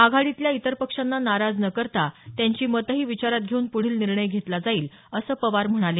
आघाडीतल्या इतर पक्षांना नाराज न करता त्यांची मतही विचारात घेऊन पुढील निर्णय घेतला जाईल असं पवार म्हणाले